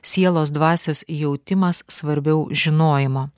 sielos dvasios jautimas svarbiau žinojimo